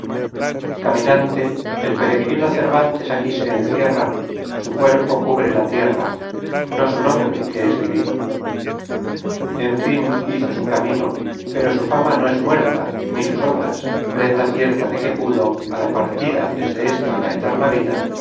caminante el peregrino cervántes aquí se encierra su cuerpo cubre la tierra no su nombre que es divino en fin hizo su camino pero su fama no es muerta ni sus obras prenda cierta de que pudo a la partida desde esta á la eterna vida